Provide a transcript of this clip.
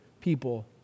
people